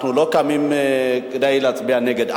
אנחנו לא קמים כדי להצביע נגד.